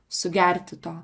sugerti to